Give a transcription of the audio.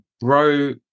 bro